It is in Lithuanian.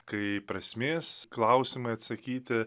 kai prasmės klausimai atsakyti